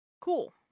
Cool